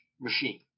machine